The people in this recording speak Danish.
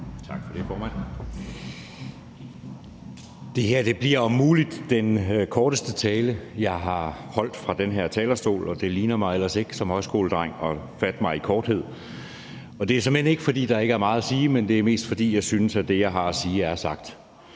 Tak for det, formand. Det her bliver om muligt den korteste tale, jeg har holdt fra den her talerstol, og det ligner mig ellers ikke som højskoledreng at fatte mig i korthed. Det er såmænd ikke, fordi der ikke er meget at sige, men det er mest, fordi jeg synes, at det, jeg har at sige, er sagt,